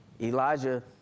Elijah